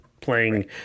Playing